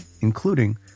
including